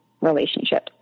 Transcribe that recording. relationship